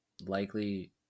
likely